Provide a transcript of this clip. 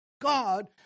God